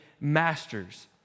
masters